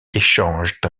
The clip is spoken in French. échangent